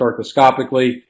arthroscopically